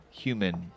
human